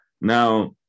Now